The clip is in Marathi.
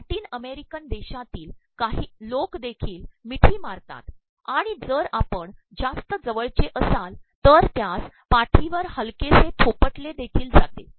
लॅद्रिन अमेररकन देशातील लोक देखील ममठी मारतात आणण जर आपण जास्त्त जवळचे असाल तर त्यास पाठीवर हलके से र्ोपिले देखील जाते